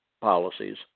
policies